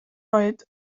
oed